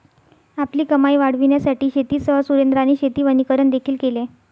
आपली कमाई वाढविण्यासाठी शेतीसह सुरेंद्राने शेती वनीकरण देखील केले